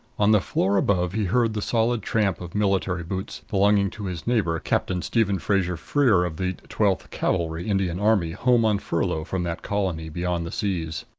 on the floor above he heard the solid tramp of military boots belonging to his neighbor, captain stephen fraser-freer, of the twelfth cavalry, indian army, home on furlough from that colony beyond the seas.